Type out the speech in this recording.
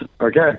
Okay